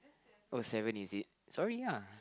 oh seven is it sorry ah